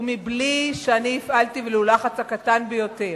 ובלי שהפעלתי לחץ ולו הקטן ביותר,